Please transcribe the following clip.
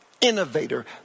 innovator